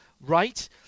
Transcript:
right